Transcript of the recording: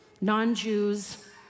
non-Jews